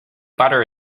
butter